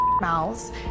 mouths